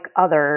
others